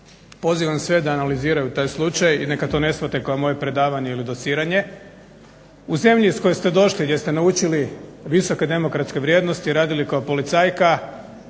Pozivam sve da analiziraju taj slučaj i neka to ne shvate kao moje predavanje ili dociranje. U zemlji iz koje ste došli i gdje ste naučili visoke demokratske vrijednosti, radili kao policajka,